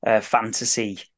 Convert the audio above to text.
fantasy